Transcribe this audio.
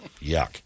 Yuck